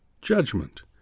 judgment